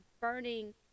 burning